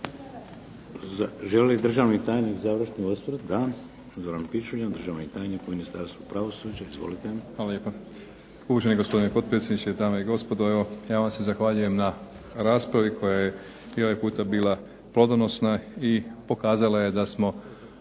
Uvaženi gospodine potpredsjedniče, dame i gospodo. Evo ja vam se zahvaljujem na raspravi koja je i ovog puta bila plodonosna i pokazala je da smo